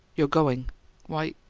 you're going why,